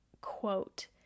quote